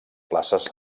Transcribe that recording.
places